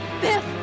Biff